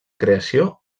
creació